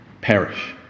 perish